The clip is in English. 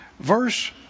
verse